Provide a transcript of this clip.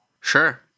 Sure